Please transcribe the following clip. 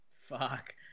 Fuck